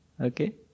Okay